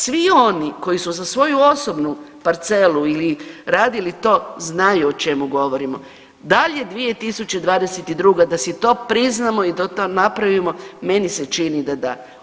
Svi oni koji su za svoju osobnu parcelu ili radili to znaju o čemu govorimo, da li je 2022. da si to priznamo i da to napravimo, meni se čini da da.